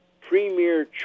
Premier